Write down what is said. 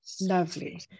Lovely